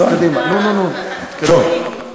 קדימה, נו, נו, נו, תתקדם.